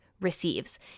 receives